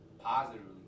positively